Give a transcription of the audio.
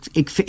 ik